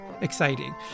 exciting